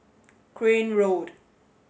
Crane Road